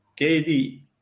KD